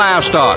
livestock